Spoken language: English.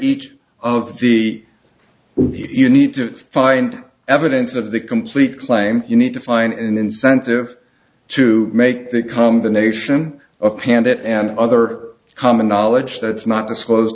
each of the you need to find evidence of the complete claim you need to find an incentive to make that combination of pand it and other common knowledge that's not